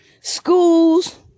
schools